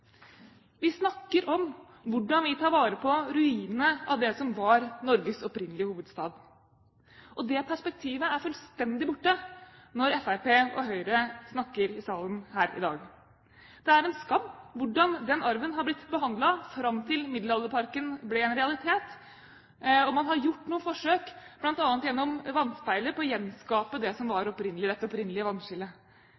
Vi snakker om hvordan vi tar vare på ruinene av det som var Norges opprinnelige hovedstad. Det perspektivet er fullstendig borte når Fremskrittspartiet og Høyre snakker i salen her i dag. Det er en skam hvordan den arven har blitt behandlet fram til Middelalderparken ble en realitet. Man har gjort noen forsøk, bl.a. gjennom vannspeilet, på å gjenskape det som var